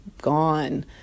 gone